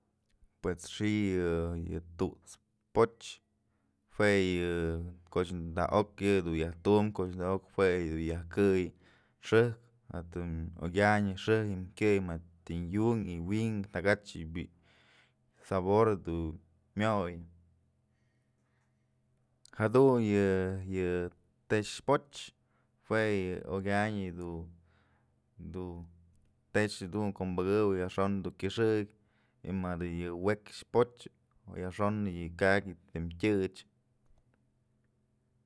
Pues xi'i yë tut's poch jue yë koch taj ok yë dun yajtum koch taj ok jue dun yajkëy xëjk jantëm okyanë xëjk ji'im kyëy mëd yunkë wi'in takach sabor dun myoy jaduyë tex poch jue yë okyanë dun tex jedun yajxon dun kyëxëk y madë yë wekx poch yajxon yë ka'ak jyan tëm tyëch.